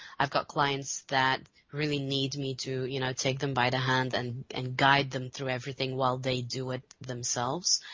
got clients that really need me to you know take them by the hand and and guide them through everything while they do it themselves,